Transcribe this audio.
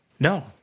No